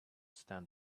stand